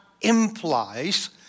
implies